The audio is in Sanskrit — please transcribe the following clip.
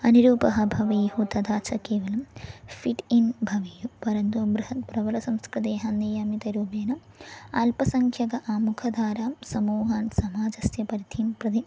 अनिरूपः भवेयुः तथा च केवलं फ़िट् इन् भवेयुः परन्तु बृहत् प्रबलसंस्कृतेः नियमितरूपेण आल्पसङ्ख्याकः आमुखधारां समूहान् समाजस्य परिधिं प्रति